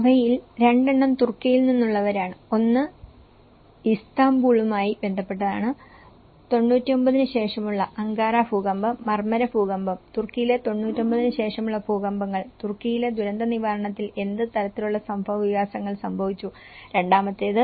അവയിൽ രണ്ടെണ്ണം തുർക്കിയിൽ നിന്നുള്ളവരാണ് ഒന്ന് ഇസ്താംബൂളുമായി ബന്ധപ്പെട്ടതാണ് 99 ന് ശേഷമുള്ള അങ്കാറ ഭൂകമ്പം മർമര ഭൂകമ്പം തുർക്കിയിലെ 99 ന് ശേഷമുള്ള ഭൂകമ്പങ്ങൾ തുർക്കിയിലെ ദുരന്തനിവാരണത്തിൽ എന്ത് തരത്തിലുള്ള സംഭവവികാസങ്ങൾ സംഭവിച്ചു രണ്ടാമത്തേത്